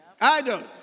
Idols